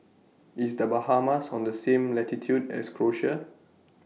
IS The Bahamas on The same latitude as Croatia